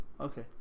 Okay